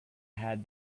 had